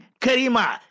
Karima